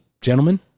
gentlemen